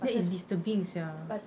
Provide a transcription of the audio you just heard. that is disturbing sia